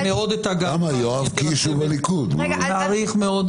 הישיבה נעולה.